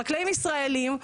חקלאים ישראליים,